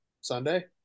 Sunday